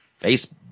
Facebook